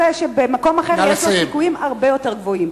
שבמקום אחר יש לו סיכויים הרבה יותר גבוהים.